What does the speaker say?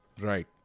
Right